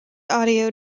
audio